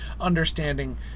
Understanding